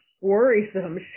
worrisome